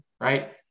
right